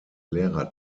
lehrer